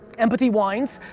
empathy wines,